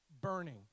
burning